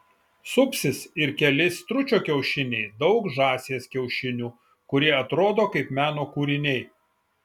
supsis ir keli stručio kiaušiniai daug žąsies kiaušinių kurie atrodo kaip meno kūriniai